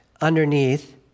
underneath